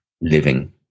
living